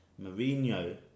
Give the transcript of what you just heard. Mourinho